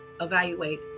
evaluate